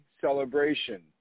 celebration